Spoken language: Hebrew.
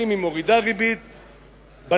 אם היא מורידה ריבית בנתינה,